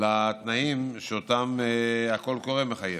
לתנאים שאותם הקול הקורא מחייב.